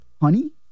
honey